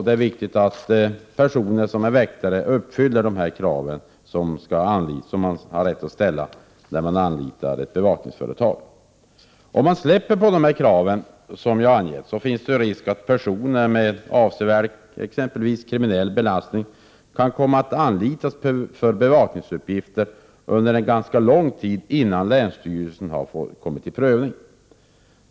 Det är viktigt att personer som är väktare uppfyller dessa krav, som man har rätt att ställa när man anlitar ett bevakningsföretag. Om man släpper på de krav som jag här angivit finns det risk att personer med exempelvis avsevärd kriminell belastning kan komma att anlitas för bevakningsuppgifter under en ganska lång tid, innan länsstyrelsen kommit till en prövning.